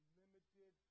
limited